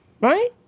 Right